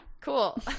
cool